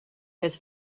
his